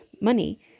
money